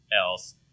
else